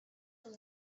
from